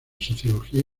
sociología